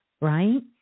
right